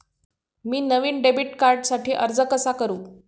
मी नवीन डेबिट कार्डसाठी अर्ज कसा करू?